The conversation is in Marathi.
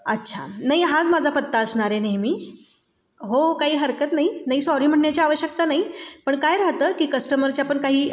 अच्छा नाही हाच माझा पत्ता असणार आहे नेहमी हो काही हरकत नाही नाही सॉरी म्हणण्याची आवश्यकता नाही पण काय राहतं की कस्टमरच्या पण काही